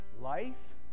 life